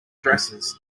dresses